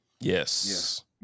Yes